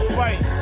fight